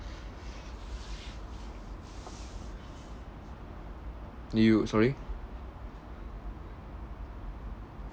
you sorry